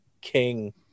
King